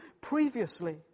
previously